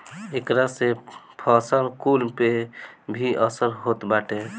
एकरा से फसल कुल पे भी असर होत बाटे